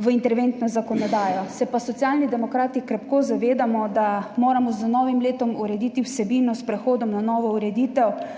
v interventno zakonodajo, se pa Socialni demokrati krepko zavedamo, da moramo z novim letom urediti vsebino s prehodom na novo ureditev